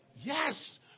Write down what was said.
Yes